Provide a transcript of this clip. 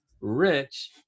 rich